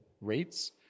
rates